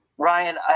Ryan